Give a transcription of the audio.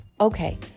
okay